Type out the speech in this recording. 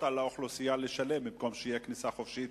על האוכלוסייה לשלם במקום שתהיה כניסה חופשית,